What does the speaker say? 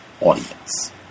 audience